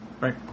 Right